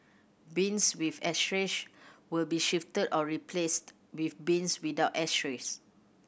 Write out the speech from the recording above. bins with ashtrays will be shifted or replaced with bins without ashtrays